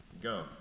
go